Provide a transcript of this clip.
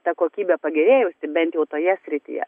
ta kokybė pagerėjusi bent jau toje srityje